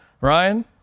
Ryan